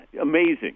amazing